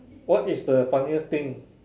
what is the funniest thing